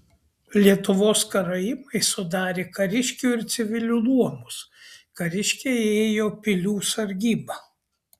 lietuvos karaimai sudarė kariškių ir civilių luomus kariškiai ėjo pilių sargybą